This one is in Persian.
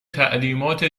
تعلیمات